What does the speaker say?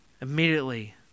Immediately